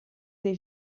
dei